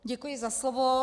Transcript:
Děkuji za slovo.